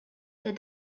that